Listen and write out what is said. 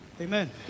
Amen